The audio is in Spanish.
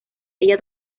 ella